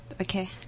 Okay